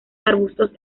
arbustos